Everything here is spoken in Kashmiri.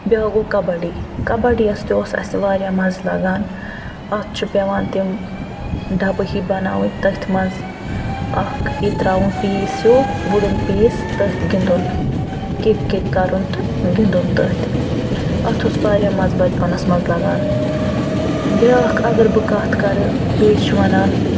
بیٛاکھ گوٚو کَبَڈی کَبَڈِیَس تہِ اوس اَسہِ واریاہ مَزٕ لگان اتھ چھ پٮ۪وان تِم ڈَبہٕ ہی بناوٕنۍ تٔتھۍ مَنٛز اکھ یہِ ترٛاوُن پیٖس ہیوٗ وُڈٕن پیٖس تٔتھۍ گِندُن کِک کِک کَرُن تہٕ گِندُن تٔتھۍ اِتھ اوس واریاہ مَزٕ بَچپَنَس مَنٛز لگان بیٛاکھ اگر بہٕ کتھ کَرٕ بیٚیہِ چھِ ونان